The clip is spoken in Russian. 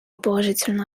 положительную